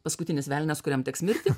paskutinis velnias kuriam teks mirti